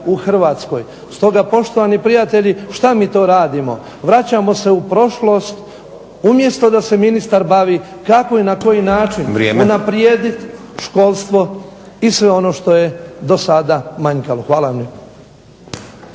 u Hrvatskoj, stoga poštovani prijatelji što mi to radimo, vraćamo se u prošlost umjesto da se ministar bavi kako i na koji način unaprijediti školstvo i sve ono što je do sada manjkavo. Hvala